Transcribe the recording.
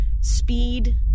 speed